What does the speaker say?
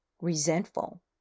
resentful